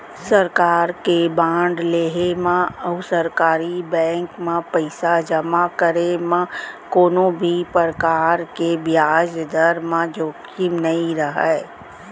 सरकार के बांड लेहे म अउ सरकारी बेंक म पइसा जमा करे म कोनों भी परकार के बियाज दर म जोखिम नइ रहय